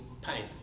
pain